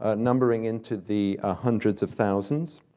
ah numbering into the ah hundreds of thousands,